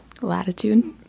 Latitude